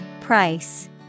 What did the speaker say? Price